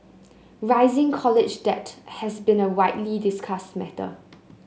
rising college debt has been a widely discussed matter